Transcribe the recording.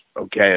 okay